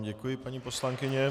Děkuji vám, paní poslankyně.